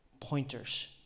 pointers